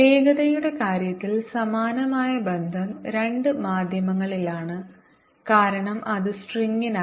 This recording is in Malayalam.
വേഗതയുടെ കാര്യത്തിൽ സമാനമായ ബന്ധം രണ്ട് മാധ്യമങ്ങളിലാണ് കാരണം അത് സ്ട്രിംഗിനായിരുന്നു